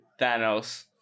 Thanos